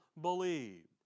believed